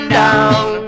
down